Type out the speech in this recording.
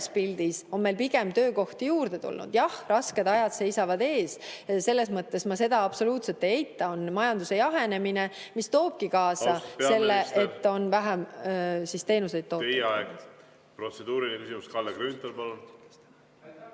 on meil töökohti pigem juurde tulnud. Jah, rasked ajad seisavad ees. Selles mõttes ma seda absoluutselt ei eita. On majanduse jahenemine, mis toobki kaasa selle, et on vähem teenuseid ja